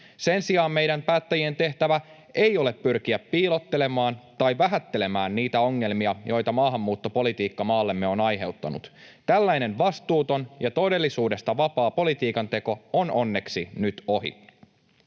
Sen sijaan meidän päättäjien tehtävä ei ole pyrkiä piilottelemaan tai vähättelemään niitä ongelmia, joita maahanmuuttopolitiikka maallemme on aiheuttanut. Tällainen vastuuton ja todellisuudesta vapaa politiikanteko on onneksi nyt ohi.